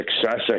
success